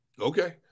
Okay